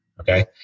Okay